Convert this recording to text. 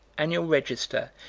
annual register,